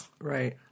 Right